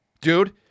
dude